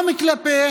גם כלפי